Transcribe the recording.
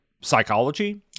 psychology